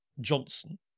Johnson